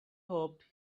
hoped